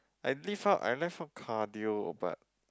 I leave out I left out cardio but